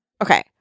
Okay